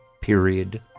period